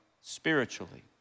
spiritually